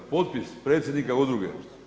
Potpis predsjednika udruge?